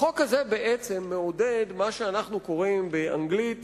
החוק הזה מעודד מה שאנו קוראים באנגלית